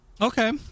Okay